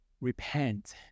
repent